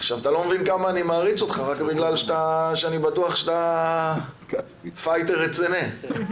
אתה לא יודע עד כמה אני מעריץ רק בגלל שאני בטוח שאתה פייטר רציני...